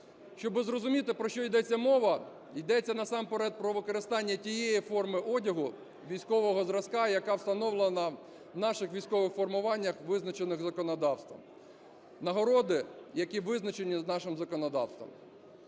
Щоб зрозуміти, про що йдеться мова: йдеться насамперед про використання тієї форми одягу військового зразка, яка встановлена у наших військових формуваннях, визначених законодавством, нагороди, які визначені нашим законодавством.